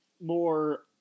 more